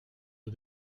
aux